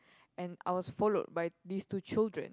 and I was followed by this two children